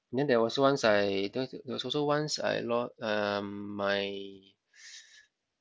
then there was once I there is also once I lo~ um my